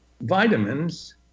vitamins